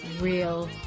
real